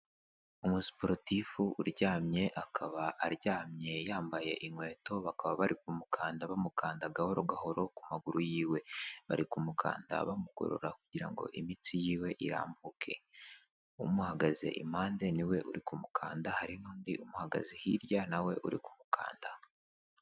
Umusiporutifu uryamye akaba aryamye yambaye inkweto, bakaba bari kumukanda bamukanda gahoro gahoro ku maguru y'iwe, bari kumukanda bamugorora kugira ngo imitsi y'iwe irambuke, umuhagaze impande n'iwe uri kumukanda, hari n'undi umuhagaze hirya na we uri kumukanda.